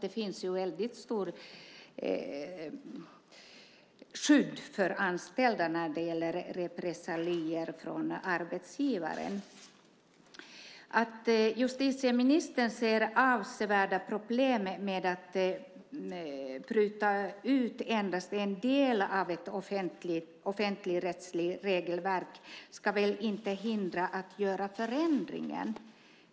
Det finns ett stort skydd för anställda mot repressalier från arbetsgivaren. Justitieministern ser avsevärda problem med att bryta ut endast en del av ett offentligrättsligt regelverk. Det ska väl inte hindra förändringen.